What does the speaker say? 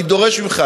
אני דורש ממך,